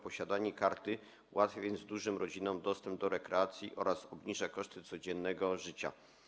Posiadanie karty ułatwia więc dużym rodzinom dostęp do rekreacji oraz obniża koszty codziennego życia.